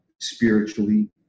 spiritually